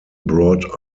brought